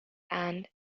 and